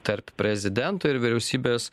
tarp prezidento ir vyriausybės